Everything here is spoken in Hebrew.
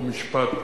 חוק ומשפט,